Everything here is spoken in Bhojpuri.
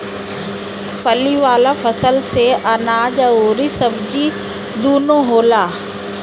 फली वाला फसल से अनाज अउरी सब्जी दूनो होला